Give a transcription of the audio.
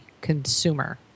consumer